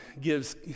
Gives